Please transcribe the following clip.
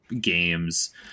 games